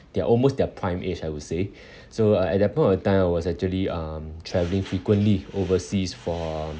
they're almost their prime age I would say so uh at that point of time I was actually I'm um travelling frequently overseas for